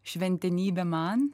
šventenybė man